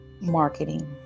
marketing